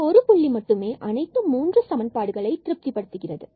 இந்த ஒரு புள்ளி மட்டுமே அனைத்து 3 சமன்பாடுகளை திருப்தி படுத்துகிறது